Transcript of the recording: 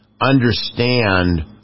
understand